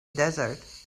desert